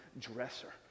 dresser